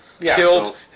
killed